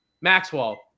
Maxwell